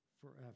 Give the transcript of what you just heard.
forever